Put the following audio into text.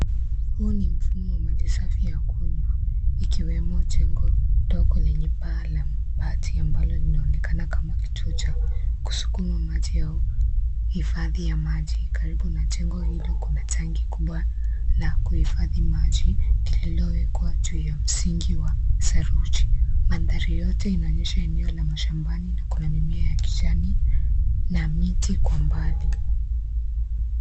Huu ni mfumo wa maji safi ya kunywa. Ikiwemo jengo ndogo lenye paa la mabati ambalo linaonekana kama kituo cha kusukuma maji au hifadhi ya maji. Karibu na jengo hilo kuna tanki kubwa la kuihifadhi maji lilowekwa juu ya msingi wa seruchi. Mandhari yote inaonyesha eneo la mashambani na kuna mimea ya kijamii na miti kwa mbali.